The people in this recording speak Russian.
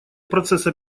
процесса